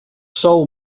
soul